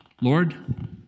Lord